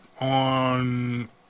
on